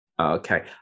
Okay